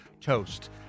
Toast